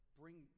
bring